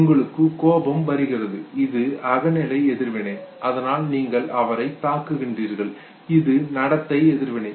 உங்களுக்கு கோபம் வருகிறது இது அகநிலை எதிர்வினை அதனால் நீங்கள் அவரை தாக்குகின்றீர்கள் இது நடத்தை எதிர்வினை